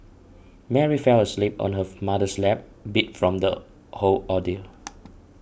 Mary fell asleep on her mother's lap beat from the whole ordeal